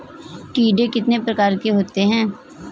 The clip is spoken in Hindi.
कीड़े कितने प्रकार के होते हैं?